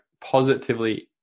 positively